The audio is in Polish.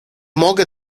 mogę